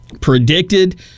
Predicted